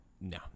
no